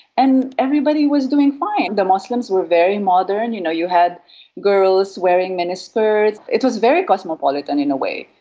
and everybody was doing fine. the muslims were very modern. you know, you had girls wearing miniskirts. it was very cosmopolitan, in a way.